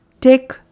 take